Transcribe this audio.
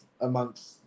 amongst